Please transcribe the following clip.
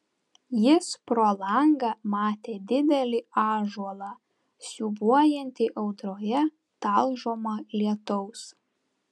jis pro langą matė didelį ąžuolą siūbuojantį audroje talžomą lietaus